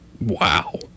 Wow